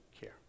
care